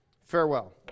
Farewell